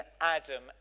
Adam